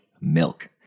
milk